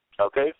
Okay